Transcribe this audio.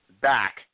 back